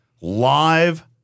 live